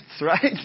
right